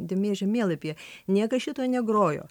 dėmė žemėlapyje niekas šito negrojo